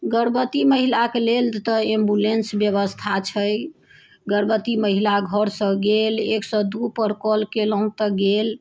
गर्भवती महिलाके लेल तऽ एम्बुलेन्स व्यवस्था छै गर्भवती महिला घरसँ गेल एक सए दूपर कॉल कयलहुँ तऽ गेल